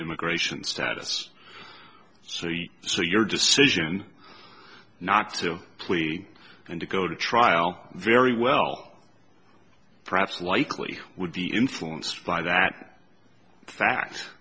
immigration status so you so your decision not to plea and to go to trial very well perhaps likely would be influenced by that fa